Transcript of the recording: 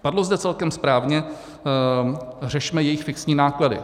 Padlo zde celkem správně: řešme jejich fixní náklady.